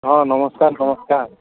ହଁ ନମସ୍କାର ନମସ୍କାର